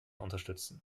unterstützen